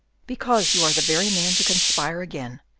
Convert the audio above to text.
because you are the very man to conspire again.